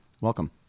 Welcome